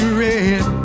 red